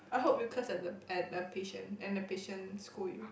I hope you curse at the at the patient and the patient scold you